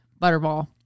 butterball